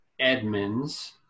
Edmonds